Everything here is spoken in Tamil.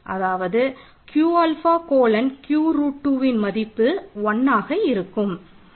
அதாவது Q ஆல்ஃபா 2ன் மதிப்பு 1ஆக இருக்கும்